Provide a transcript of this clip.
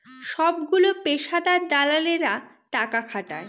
সবগুলো পেশাদার দালালেরা টাকা খাটায়